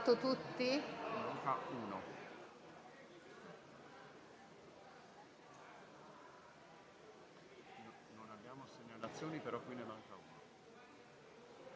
tutto